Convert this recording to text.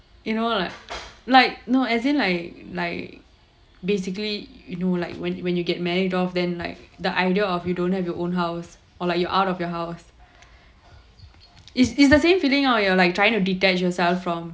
you know like like no as in like like basically you know like when when you get married off then like the idea of you don't have your own house or like you out of your house it's it's the same feeling lor like you are like trying to detach yourself from